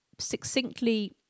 succinctly